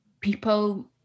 people